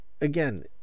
again